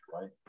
right